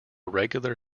regular